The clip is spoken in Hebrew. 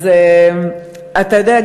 אתה יודע,